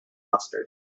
mustard